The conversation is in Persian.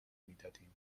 میدادیم